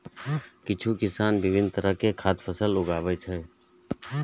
किछु किसान विभिन्न तरहक खाद्य फसल उगाबै छै